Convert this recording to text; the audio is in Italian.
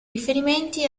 riferimenti